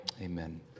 amen